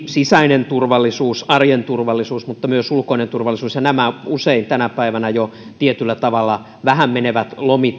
sisäinen turvallisuus arjen turvallisuus mutta myös ulkoinen turvallisuus ja tänä päivänä nämä jo usein menevät tietyllä tavalla vähän